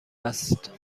است